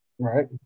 Right